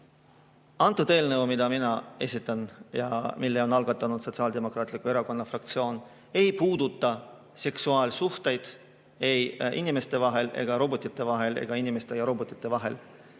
Antud eelnõu, mida mina esitlen ja mille on algatanud Sotsiaaldemokraatliku Erakonna fraktsioon, ei puuduta seksuaalsuhteid inimeste vahel ega robotite vahel ega inimeste ja robotite vahel.